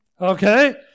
Okay